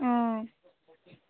অঁ